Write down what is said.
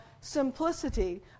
simplicity